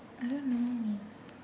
I don't know